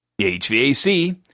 HVAC